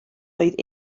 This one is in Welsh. oedd